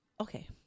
Okay